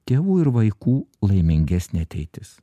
tėvų ir vaikų laimingesnė ateitis